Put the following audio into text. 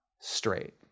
straight